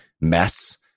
mess